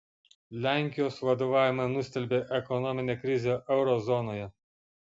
lenkijos vadovavimą nustelbė ekonominė krizė euro zonoje